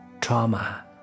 trauma